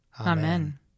Amen